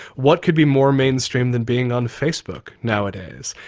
what could be more mainstream than being on facebook nowadays?